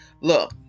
look